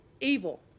evil